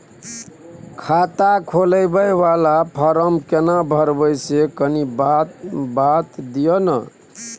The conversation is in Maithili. खाता खोलैबय वाला फारम केना भरबै से कनी बात दिय न?